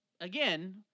again